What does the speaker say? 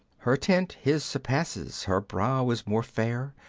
her tint his surpasses, her brow is more fair,